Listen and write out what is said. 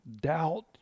doubt